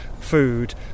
food